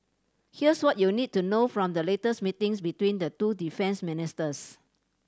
here's what you need to know from the latest meetings between the two defence ministers